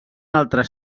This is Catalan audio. altres